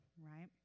right